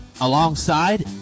Alongside